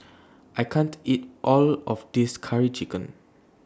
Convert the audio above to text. I can't eat All of This Curry Chicken